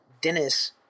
Dennis